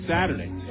Saturday